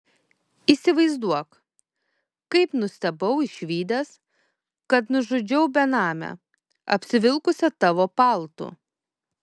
įsivaizduok kaip nustebau išvydęs kad nužudžiau benamę apsivilkusią tavo paltu